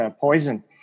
poison